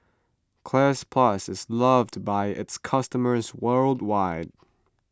Cleanz Plus is loved by its customers worldwide